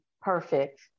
perfect